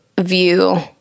view